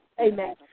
Amen